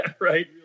right